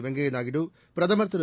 வெங்கைய நாயுடு பிரதமர் திரு